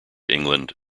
england